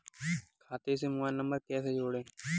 खाते से mobile number कैसे जोड़ें?